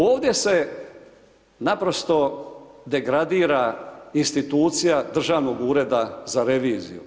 Ovdje se naprosto degradira institucija Državnog ureda za reviziju.